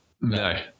No